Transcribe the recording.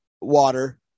water